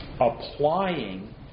applying